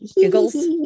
Giggles